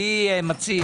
אני מציע